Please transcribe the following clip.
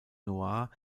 noir